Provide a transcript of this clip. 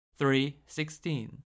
3.16